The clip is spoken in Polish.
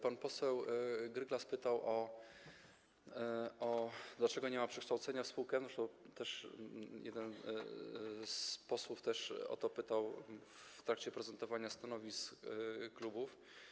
Pan poseł Gryglas pytał, dlaczego nie ma przekształcenia w spółkę, zresztą też jeden z posłów o to pytał w trakcie prezentowania stanowisk klubów.